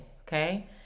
okay